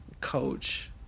coach